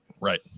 Right